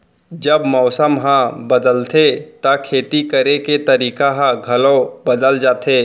जब मौसम ह बदलथे त खेती करे के तरीका ह घलो बदल जथे?